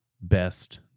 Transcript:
best